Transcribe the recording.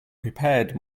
prepared